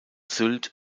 sylt